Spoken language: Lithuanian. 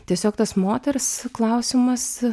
tiesiog tas moters klausimas